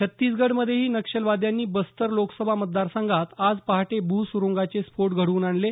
छत्तीसगडमध्येही नक्षलवाद्यांनी बस्तर लोकसभा मतदारसंघात आज पहाटे भू सुरुंगाचे स्फोट घडवून आणले